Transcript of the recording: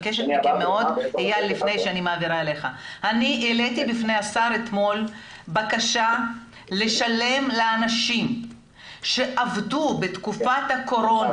אני העליתי בפני השר אתמול בקשה לשלם לאנשים שעבדו בתקופת הקורונה